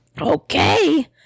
Okay